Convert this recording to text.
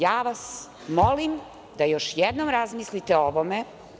Ja vas molim da još jednom razmislite o ovome.